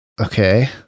Okay